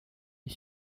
est